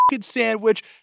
sandwich